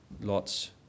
Lot's